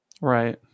Right